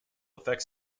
effects